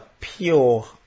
pure